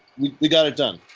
we got it done!